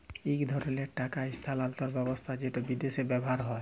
ইক ধরলের টাকা ইস্থালাল্তর ব্যবস্থা যেট বিদেশে ব্যাভার হ্যয়